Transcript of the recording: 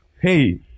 Hey